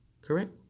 correct